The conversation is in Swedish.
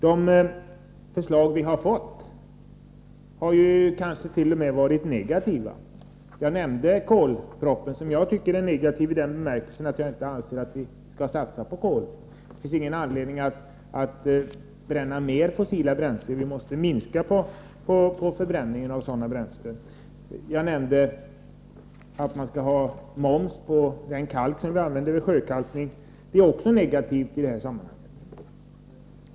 De förslag vi har fått har kanske t.o.m. varit negativa. Jag nämnde kolpropositionen, som jag tycker är negativ i den bemärkelsen att jag anser att vi inte skall satsa på kol. Det finns ingen anledning att bränna mer fossila bränslen, utan vi måste minska den förbränningen. Jag nämnde att det skall vara moms på den kalk som används vid sjökalkning. Det är också negativt i detta sammanhang.